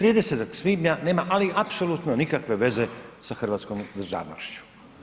30. svibnja nema ali apsolutno nikakve veze sa hrvatskom državnošću.